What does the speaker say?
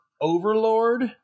Overlord